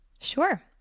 sure